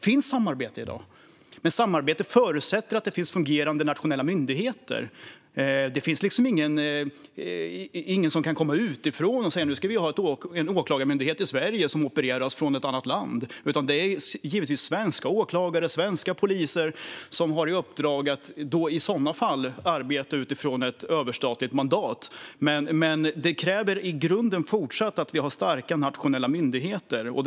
Finns samarbete i dag? Ett samarbete förutsätter att det finns fungerande nationella myndigheter. Ingen kan komma utifrån och säga att vi i Sverige ska ha en åklagarmyndighet som opereras från ett annat land. I så fall är det givetvis svenska åklagare, svenska poliser som ska få i uppdrag att arbeta utifrån ett överstatligt mandat. Men det kräver fortfarande att vi har starka nationella myndigheter i grunden.